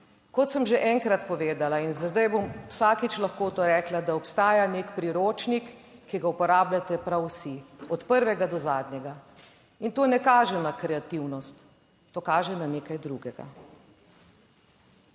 Kot sem že enkrat povedala in zdaj bom vsakič lahko to rekla, da obstaja nek priročnik, ki ga uporabljate prav vsi, od prvega do zadnjega. In to ne kaže na kreativnost, to kaže na nekaj drugega.